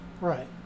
right